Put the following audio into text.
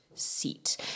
seat